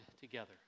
together